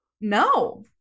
No